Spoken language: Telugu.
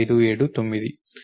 ఇప్పుడు ఇది ఇక్కడ 11